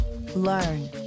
Learn